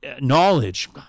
knowledge